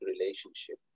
relationship